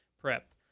prep